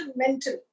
mental